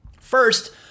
First